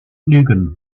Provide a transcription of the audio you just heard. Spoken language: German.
lügen